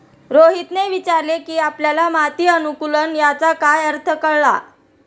रोहितने विचारले की आपल्याला माती अनुकुलन याचा काय अर्थ कळला?